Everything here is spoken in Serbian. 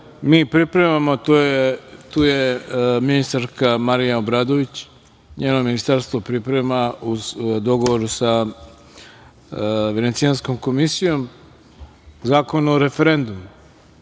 mi pripremamo, tu je ministarka Marija Obradović, njeno ministarstvo priprema, u dogovoru sa Venecijanskom komisijom, Zakon o referendumu,